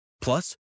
Plus